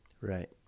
Right